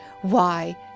Why